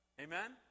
Amen